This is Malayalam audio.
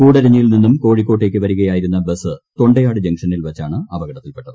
കൂടരഞ്ഞിയിൽ നിന്നും കോഴിക്കോട്ടേക്ക് വരികയായിരുന്ന ബസ് തൊണ്ടയാട് ജംഗ്ഷനിൽ വച്ചാണ് അപകടത്തിൽപെട്ടത്